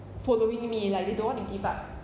following me like they don't want to give up